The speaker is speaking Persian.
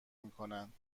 میکنند